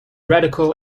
radical